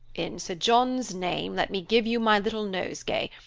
in sir john's name let me give you my little nosegay,